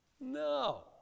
No